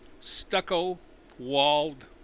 stucco-walled